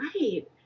Right